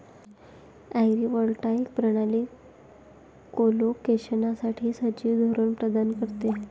agrivoltaic प्रणाली कोलोकेशनसाठी सहजीवन धोरण प्रदान करते